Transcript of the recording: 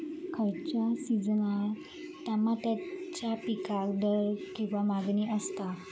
खयच्या सिजनात तमात्याच्या पीकाक दर किंवा मागणी आसता?